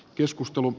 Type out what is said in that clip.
keskustelu